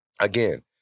again